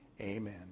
Amen